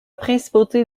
principauté